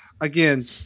again